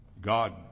God